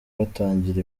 batangira